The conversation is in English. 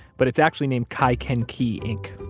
but it's actually named kykenkee inc.